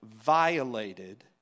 violated